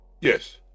yes